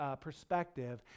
perspective